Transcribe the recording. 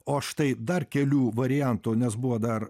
o štai dar kelių variantų nes buvo dar